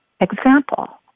Example